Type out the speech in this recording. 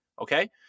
Okay